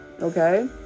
okay